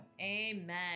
amen